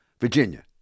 Virginia